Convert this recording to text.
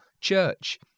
church